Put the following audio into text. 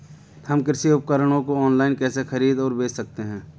हम कृषि उपकरणों को ऑनलाइन कैसे खरीद और बेच सकते हैं?